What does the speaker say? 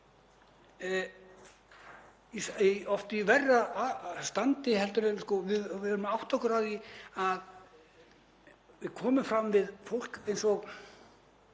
oft í verra standi heldur en — við verðum að átta okkur á því að við komum fram við fólk eins og,